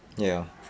ya